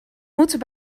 moeten